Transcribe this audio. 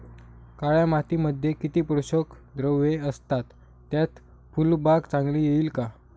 काळ्या मातीमध्ये किती पोषक द्रव्ये असतात, त्यात फुलबाग चांगली येईल का?